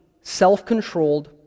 self-controlled